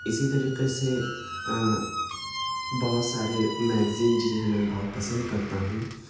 اسی طریقے سے بہت سارے میگزین جنہیں میں بہت پسند کرتا ہوں